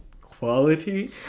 quality